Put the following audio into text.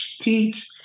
teach